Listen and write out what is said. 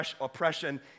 oppression